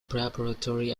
preparatory